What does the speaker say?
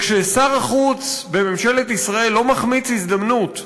כששר החוץ בממשלת ישראל לא מחמיץ הזדמנות,